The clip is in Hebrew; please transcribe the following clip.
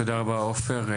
תודה רבה עופר.